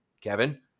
Kevin